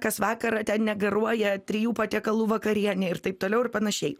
kas vakarą ten negaruoja trijų patiekalų vakarienę ir taip toliau ir panašiai